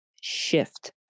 shift